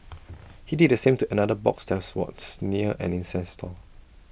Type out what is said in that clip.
he did the same to another box that was near an incense stall